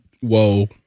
Whoa